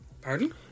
Pardon